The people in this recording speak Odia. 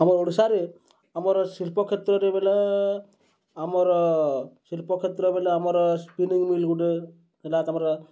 ଆମର୍ ଓଡ଼ିଶାରେ ଆମର ଶିଳ୍ପକ୍ଷେତ୍ରରେ ବେଲେ ଆମର ଶିଳ୍ପକ୍ଷେତ୍ର ବେଲେ ଆମର୍ ସ୍ପିନିଂ ମିଲ୍ ଗୁଟେ ହେଲା ତା'ର୍ପରେ